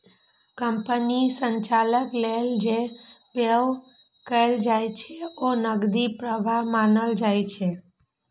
कंपनीक संचालन लेल जे व्यय कैल जाइ छै, ओ नकदी प्रवाह मानल जाइ छै